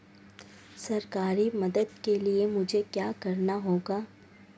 सरकारी मदद के लिए मुझे क्या करना होगा?